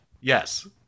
Yes